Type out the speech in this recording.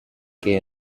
que